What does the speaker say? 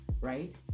right